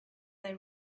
they